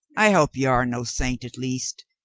i hope you are no saint, at least.